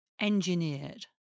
engineered